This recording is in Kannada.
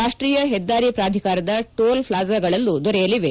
ರಾಷ್ಷೀಯ ಹೆದ್ದಾರಿ ಪ್ರಾಧಿಕಾರದ ಟೋಲ್ ಫ್ಲಾಜಾಗಳಲ್ಲೂ ದೊರೆಯಲಿವೆ